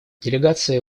делегации